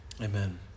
Amen